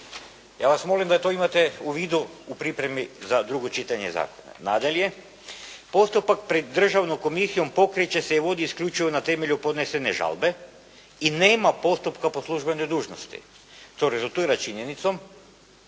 Ja vas molim da to imate u vidu u pripremi za drugo čitanje zakona. Nadalje, postupak pred Državnom komisijom pokreće se i vodi isključivo na temelju podnesene žalbe i nema postupka po službenoj dužnosti. To rezultira činjenicom